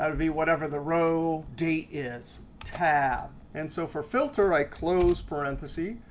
that'll be whatever the row date is. tab. and so for filter, i close parentheses.